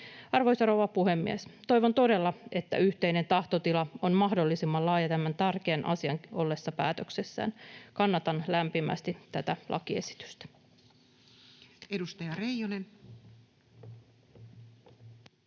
Arvoisa rouva puhemies! Toivon todella, että yhteinen tahtotila on mahdollisimman laaja tämän tärkeän asian ollessa päätöksessään. Kannatan lämpimästi tätä lakiesitystä.